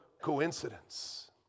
coincidence